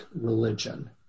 religion